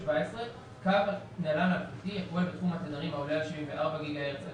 17. קו נל"ן אלחוטי הפועל בתחום התדרים העולה על 74 ג'יגה-הרץ עד